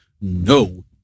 no